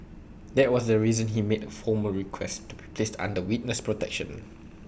that was the reason he made A formal request to be placed under witness protection